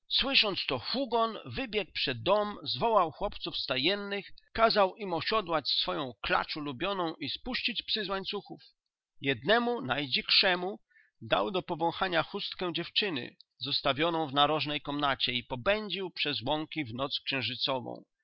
hugon wybiegł przed dom zwołał chłopców stajennych kazał im osiodłać swoją klacz ulubioną i spuścić psy z łańcuchów jednemu najdzikszemu dał do powąchania chustkę dziewczyny zostawioną w narożnej komnacie i popędził przez łąki w noc